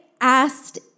asked